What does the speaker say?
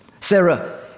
Sarah